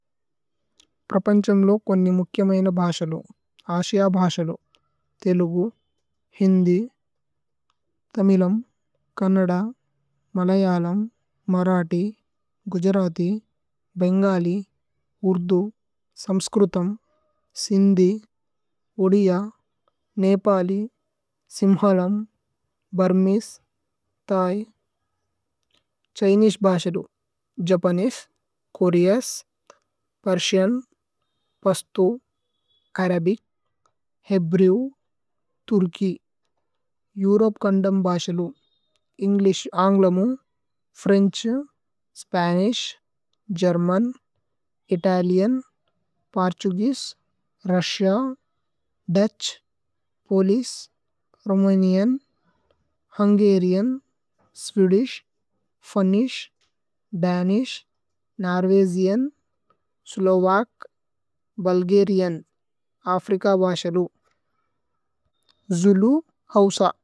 പ്രപന്ഛമ് ലോ കോനി മുക്ത്യമേന ഭാശലു। ആശിയ ഭാശലു തേലുഗു, ഹിന്ദി, തമിലമ്। കന്നദ, മലയലമ്, മരഥി, ഗുജരതി। ഭേന്ഗലി, ഉര്ദു, സമ്സ്ക്രുതമ്, സിന്ധി, ഓദിയ। നേപലി, സിമ്ഹലമ്, ഭുര്മേസേ, ഥൈ, ഛ്ഹിനേസേ। ഭാശലു Japanese, Korean, Persian. Pashto, Arabic, Hebrew, Turkish, Europe. കന്ദമ് ഭാശലു ഏന്ഗ്ലിശ്, അന്ഗ്ലോമു, French. Spanish, German, Italian, Portuguese. Russia, Dutch, Polish, Romanian, Hungarian. Swedish, Finnish, Danish, Norwegian, Slovak. Bulgarian Africa ഭാശലു ജുലു ഹൌസ।